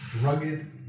rugged